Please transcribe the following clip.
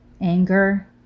anger